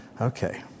Okay